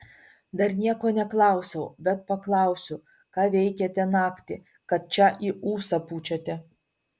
dar nieko neklausiau bet paklausiu ką veikėte naktį kad čia į ūsą pučiate